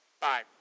Bye